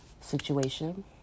situation